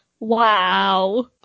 Wow